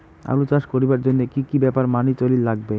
আলু চাষ করিবার জইন্যে কি কি ব্যাপার মানি চলির লাগবে?